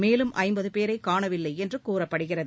மேலும் ஐம்பது பேரைக் காணவில்லை என்று கூறப்படுகிறது